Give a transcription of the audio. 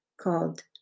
called